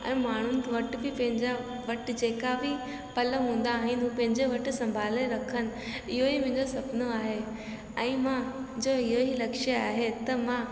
ऐं माण्हुनि वटि बि पंहिंजा वटि जेका बि पल हूंदा आहिनि हू पंहिंजे वटि संभाले रखनि इहो ई मुंहिंजो सुपिनो आहे ऐं मुंहिंजे इहो ई लक्ष्य आहे त मां